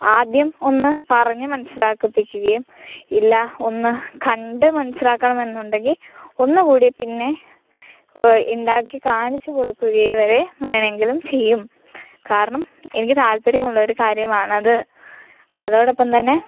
ആദ്യം ഒന്ന് പറഞ്ഞു മനസ്സിലാക്കിപ്പിക്കുകയും ഇല്ല ഒന്ന് കണ്ടു മനസ്സിലാക്കണം എന്നുണ്ടെങ്കിൽ ഒന്നുകൂടി പിന്നെ ഉണ്ടാക്കി കാണിച്ചു കൊടുക്കുകയും വരെ വേണമെങ്കിലും ചെയ്യും കാരണം എനിക്ക് താൽപര്യമുള്ള ഒരു കാര്യമാണത് അതോടൊപ്പം തന്നെ